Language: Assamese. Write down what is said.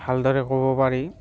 ভালদৰে ক'ব পাৰি